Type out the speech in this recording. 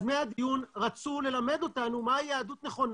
יוזמי הדיון רצו ללמד אותנו מהי יהדות נכונה.